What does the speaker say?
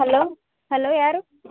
hello hello ಯಾರು